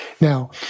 Now